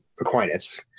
Aquinas